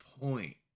point